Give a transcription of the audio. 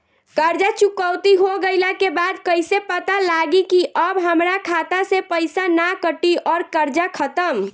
कर्जा चुकौती हो गइला के बाद कइसे पता लागी की अब हमरा खाता से पईसा ना कटी और कर्जा खत्म?